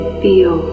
feel